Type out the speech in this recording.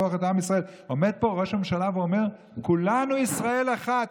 עומד פה ראש ממשלה ואומר: כולנו ישראל אחת,